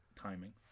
timing